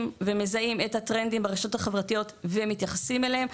ומזהים את הטרנדים ברשתות החברתיות ואנחנו מתייחסים אליהם,